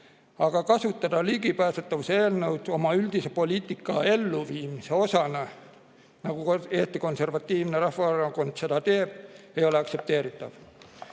aga kasutada ligipääsetavuse eelnõu oma üldise poliitika elluviimise osana, nagu Eesti Konservatiivne Rahvaerakond seda teeb, ei ole aktsepteeritav.